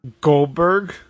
Goldberg